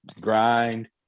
grind